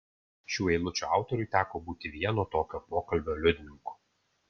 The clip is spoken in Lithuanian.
šių eilučių autoriui teko būti vieno tokio pokalbio liudininku